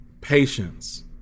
patience